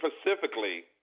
specifically